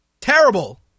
Terrible